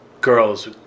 girls